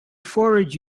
forage